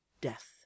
Death